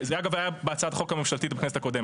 זה אגב היה בהצעת החוק הממשלתית בכנסת הקודמת.